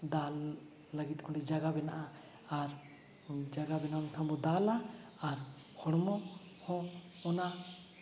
ᱫᱟᱞ ᱞᱟᱹᱜᱤᱫ ᱚᱸᱰᱮ ᱡᱟᱭᱜᱟ ᱢᱮᱱᱟᱜᱼᱟ ᱟᱨ ᱡᱟᱭᱜᱟ ᱵᱮᱱᱟᱣ ᱞᱮᱠᱷᱟᱱ ᱵᱚᱱ ᱫᱟᱞᱼᱟ ᱟᱨ ᱦᱚᱲᱢᱚ ᱦᱚᱸ ᱚᱱᱟ